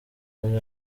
bya